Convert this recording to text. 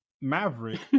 Maverick